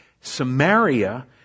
Samaria